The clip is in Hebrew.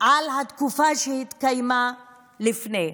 התקופה שהתקיימה לפני.